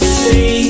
see